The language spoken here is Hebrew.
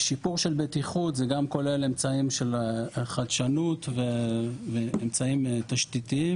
שיפור של בטיחות זה גם כולל אמצעים של חדשות ואמצעים תשתיתיים.